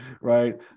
right